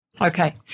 okay